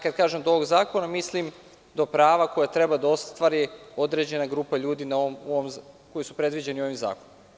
Kad kažem do ovog zakona, mislim do prava koje treba da ostvari određena grupa ljudi koji su predviđeni ovim zakonom.